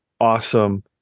awesome